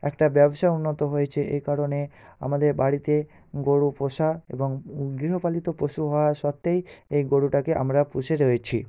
একটা ব্যবসা উন্নত হয়েছে এ কারণে আমাদের বাড়িতে গরু পোষা এবং গৃহপালিত পশু হওয়া সত্ত্বেই এই গরুটাকে আমরা পুষে রয়েছি